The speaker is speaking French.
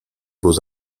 beaux